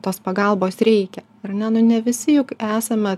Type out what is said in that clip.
tos pagalbos reikia ar ne nu ne visi juk esame